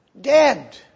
dead